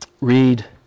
read